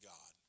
God